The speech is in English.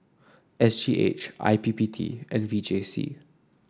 S G H I P P T and V J C